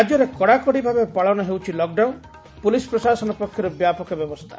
ରାଜ୍ୟରେ କଡ଼ାକଡ଼ି ଭାବେ ପାଳନ ହେଉଛି ଲକ୍ଡାଉନ୍ ପୁଲିସ ପ୍ରଶାସନ ପକ୍ଷରୁ ବ୍ୟାପକ ବ୍ୟବସ୍ତା